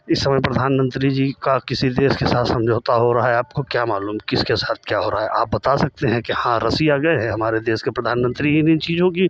इस समय प्रधानमन्त्री जी का किसी देश के साथ समझौता हो रहा है आपको क्या मालूम किसके साथ क्या हो रहा है आप बता सकते हैं कि हाँ रसिया गए हैं हमारे देश के प्रधानमन्त्री इन इन चीज़ों का